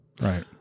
right